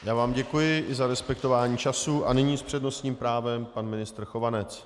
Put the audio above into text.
Já vám děkuji i za respektování času a nyní s přednostním právem pan ministr Chovanec.